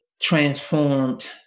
Transformed